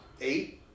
Eight